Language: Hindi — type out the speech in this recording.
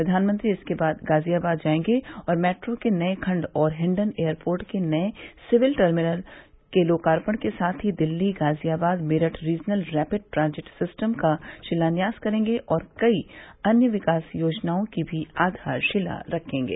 प्रधानमंत्री इसके बाद गाजियाबाद जायेंगे और मेट्रो के नये खंड और हिंडन एयरपोर्ट के नये सिविल टर्मिनल लोकार्पण के साथ ही Delhi Ghaziabad Meerut regional rapid transit system का शिलान्यास करेंगे और कई अन्य विकास योजनाओं की भी आधारशिला रखेंगे